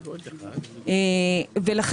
וגם